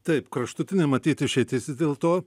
taip kraštutinė matyt išeitis vis dėlto